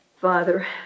Father